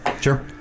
Sure